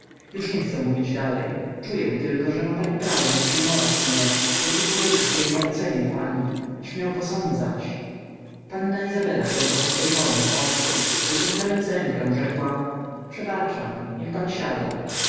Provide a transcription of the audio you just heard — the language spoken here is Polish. już nie chcę mówić dalej czuję tylko że ma pani prawo nie przyjmować mnie jako człowieka który nie ocenił pani śmiał posądzać panna izabela głęboko spojrzała mu w oczy wyciągając rękę rzekła przebaczam niech pan siada